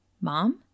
mom